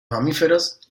mamíferos